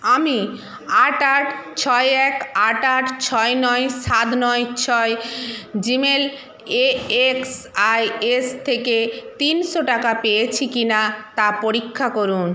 আমি আট আট ছয় এক আট আট ছয় নয় সাত নয় ছয় Gmail A X I S থেকে তিনশো টাকা পেয়েছি কিনা তা পরীক্ষা করুন